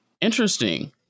Interesting